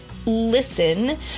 Listen